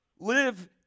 Live